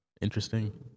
interesting